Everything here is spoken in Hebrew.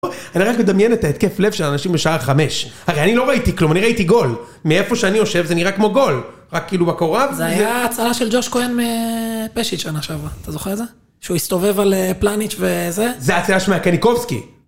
אני רק מדמיין את ההתקף לב של האנשים בשעה חמש. הרי אני לא ראיתי כלום, אני ראיתי גול. מאיפה שאני יושב זה נראה כמו גול. רק כאילו בקורה זה... זה היה הצלה של ג'וש כהן מפשיץ' שנה שעברה, אתה זוכר את זה? שהוא הסתובב על פלניץ' וזה? זו הצלה שמעה קניקובסקי.